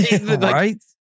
Right